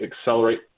accelerate